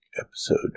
episode